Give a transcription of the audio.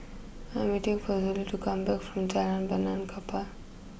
I'm waiting for Zollie to come back from Jalan Benaan Kapal